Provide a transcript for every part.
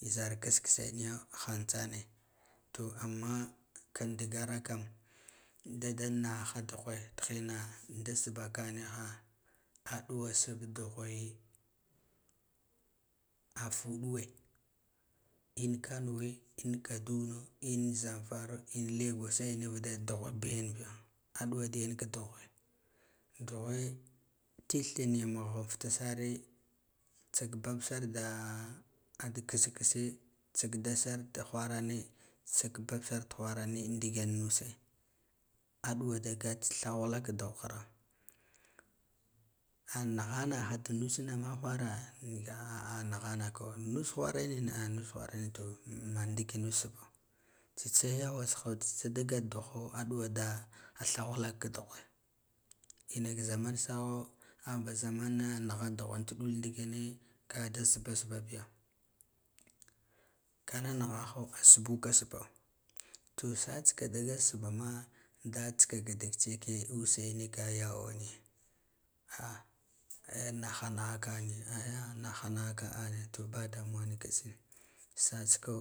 Zara kskseniha ha tsane to amma ka dga ra kam da danaha duhwe thinna da sbaaka niha aduwa sab duheve afuduwe in kano we, in kaduna in zamfara, in lagose nivude duh ba yan biya aduwa yanka duhuce duhwe tith niya mhaka ftsare, tsatsbabbo da dag kskse tsak dad sare duhwa hwarane tsak babsar hwarane ndik yane nuse aduwa da gad sawalaka daghra anahana ha nusna mahawara a nahanaka nusa hwarane, niha mahawara a nahanaka nusa hwarane, niha nushiwarane mana ndik nud sbaa tsista yawa saha aduwa da thawala ka duheve inaka zamane saha ahba zamane naha duhwe tuɗul ndik yane kada sbaa sbabiya, kada naha ho sbuka sbba to satska da sbama aka da gat sbaa ma nga tsaka duk cheke use nika yawa niya naha nakaka niya aya naha naka ane to ba damuwa nika tsine, tsatska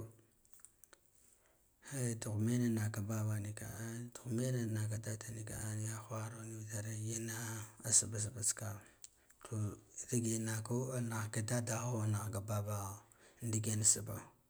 duhwa me na naka babo nika a duh mena naka dado nika yan hwaro nivitare yane sbaa sbaa tska, to dage naka nahga babaho nahga dadaho ndik yan sbaa.